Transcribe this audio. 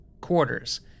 quarters